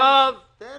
תן לו.